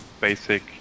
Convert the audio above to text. basic